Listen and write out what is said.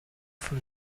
from